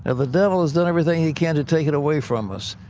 and the devil has done everything he can to take it away from us.